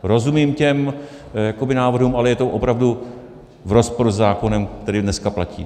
Rozumím těm jakoby návrhům, ale je to opravdu v rozporu se zákonem, který dneska platí.